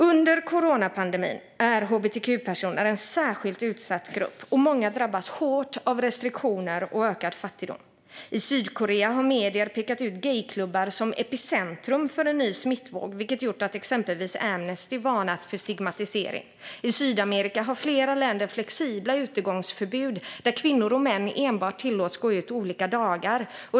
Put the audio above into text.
Under coronapandemin är hbtq-personer en särskilt utsatt grupp, och många drabbas hårt av restriktioner och ökad fattigdom. I Sydkorea har medier pekat ut gayklubbar som epicentrum för en ny smittvåg, vilket gjort att exempelvis Amnesty varnat för stigmatisering. I Sydamerika har flera länder flexibla utegångsförbud, där kvinnor och män enbart tillåts gå ut olika dagar.